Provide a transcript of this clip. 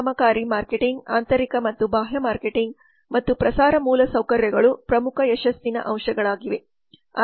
ಪರಿಣಾಮಕಾರಿ ಮಾರ್ಕೆಟಿಂಗ್ ಆಂತರಿಕ ಮತ್ತು ಬಾಹ್ಯ ಮಾರ್ಕೆಟಿಂಗ್ ಮತ್ತು ಪ್ರಸಾರ ಮೂಲಸೌಕರ್ಯಗಳು ಪ್ರಮುಖ ಯಶಸ್ಸಿನ ಅಂಶಗಳಾಗಿವೆ